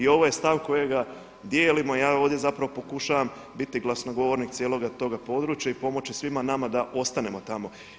I ovo je stav kojega dijelimo, ja ovdje zapravo pokušavam biti glasnogovornik cijeloga toga područja i pomoći svima nama da ostanemo tamo.